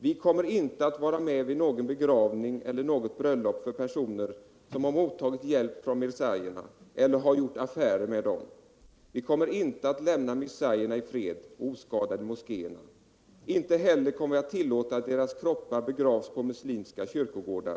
Vi kommer inte att vara med vid någon begravning eller något bröllop för personer som har mottagit Om regeringens hjälp från mirzaierna eller har gjort affärer med dem. Vi kommer inte handläggning av att lämna mirzaierna i fred och oskadade i moskéerna, inte heller kommer = vissa förpassningsvi att tillåta att deras kroppar begravs på muslimska kyrkogårdar.